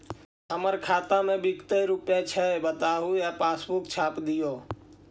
हमर खाता में विकतै रूपया छै बताबू या पासबुक छाप दियो?